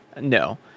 no